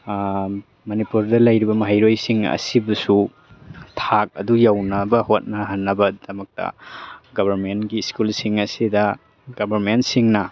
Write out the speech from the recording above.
ꯃꯅꯤꯄꯨꯔꯗ ꯂꯩꯔꯤꯕ ꯃꯍꯩꯔꯣꯏꯁꯤꯡ ꯑꯁꯤꯕꯨꯁꯨ ꯊꯥꯛ ꯑꯗꯨ ꯌꯧꯅꯕ ꯍꯣꯠꯅꯍꯟꯅꯕꯒꯤꯗꯃꯛꯇ ꯒꯕꯔꯃꯦꯟꯒꯤ ꯁ꯭ꯀꯨꯜꯁꯤꯡ ꯑꯁꯤꯗ ꯒꯕꯔꯃꯦꯟꯁꯤꯡꯅ